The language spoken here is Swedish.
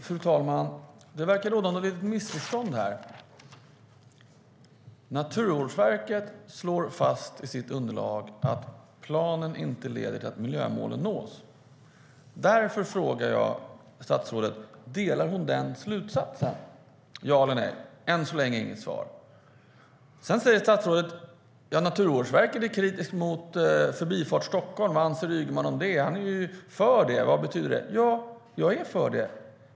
Fru talman! Det verkar råda ett missförstånd. Naturvårdsverket slår fast i sitt underlag att planen inte leder till att miljömålen nås. Därför frågar jag statsrådet: Delar hon den slutsatsen - ja eller nej? Än så länge har jag inte fått något svar. Sedan säger statsrådet: Naturvårdsverket är kritiskt mot Förbifart Stockholm. Vad anser Ygeman om det? Han är ju för det - vad betyder det? Ja, jag är för det.